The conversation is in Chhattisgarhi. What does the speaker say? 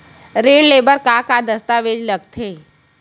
ऋण ले बर का का दस्तावेज लगथे?